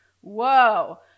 Whoa